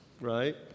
right